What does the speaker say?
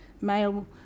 male